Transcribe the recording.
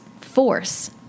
force